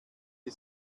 die